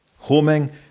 Homing